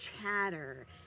chatter